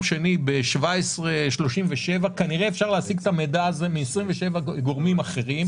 שני ב-17:37 כנראה אפשר להשיג את המידע הזה מ-27 גורמים אחרים.